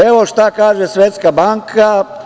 Evo šta kaže Svetska banka.